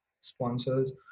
sponsors